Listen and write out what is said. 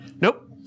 Nope